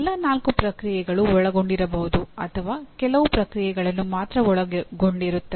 ಎಲ್ಲಾ ನಾಲ್ಕು ಪ್ರಕ್ರಿಯೆಗಳು ಒಳಗೊಂಡಿರಬಹುದು ಅಥವಾ ಕೆಲವು ಪ್ರಕ್ರಿಯೆಗಳನ್ನು ಮಾತ್ರ ಒಳಗೊಂಡಿರುತ್ತವೆ